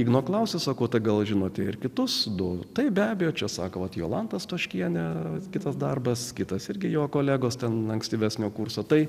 igno klausia sakote gal žinote ir kitus du tai be abejo čia sakote jolanta stoškienė kitas darbas kitas irgi jo kolegos ten ankstyvesnio kurso tai